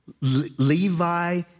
Levi